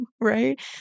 right